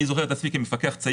אני זוכר את עצמי כמפקח צעיר